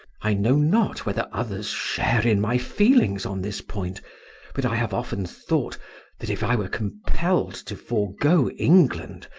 i know not whether others share in my feelings on this point but i have often thought that if i were compelled to forego england,